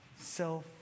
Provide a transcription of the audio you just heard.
self